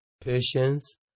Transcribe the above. patience